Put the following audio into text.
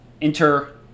enter